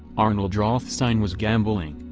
arnold rothstein was gambling,